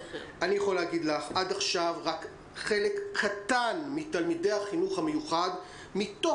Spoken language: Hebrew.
עד עכשיו רק חלק קטן מתלמידי החינוך המיוחד חזר.